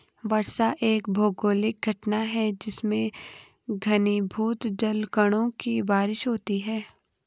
वर्षा एक भौगोलिक घटना है जिसमें घनीभूत जलकणों की बारिश होती है